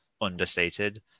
understated